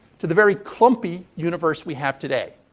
to the very clumpy universe we have today.